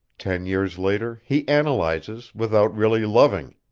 ten years later he analyzes without really loving.